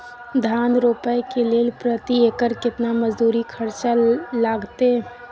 धान रोपय के लेल प्रति एकर केतना मजदूरी खर्चा लागतेय?